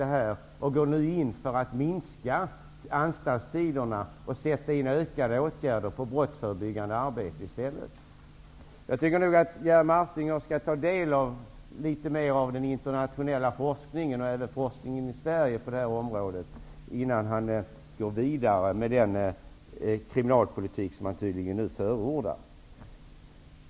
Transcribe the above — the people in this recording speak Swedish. De går nu in för att minska anstaltstiderna och sätta in fler åtgärder i det brottsförebyggande arbetet i stället. Jag tycker att Jerry Martinger skall ta del litet mer av den internationella forskningen och även av forskningen i Sverige på det här området innan han går vidare med den kriminalpolitik som han nu tydligen förordar.